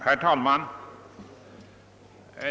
Herr talman!